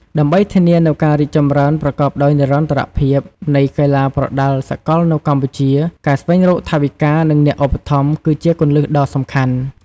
ដើម្បីធានានូវការរីកចម្រើនប្រកបដោយនិរន្តរភាពនៃកីឡាប្រដាល់សកលនៅកម្ពុជា ការស្វែងរកថវិកា និងអ្នកឧបត្ថម្ភ គឺជាគន្លឹះដ៏សំខាន់។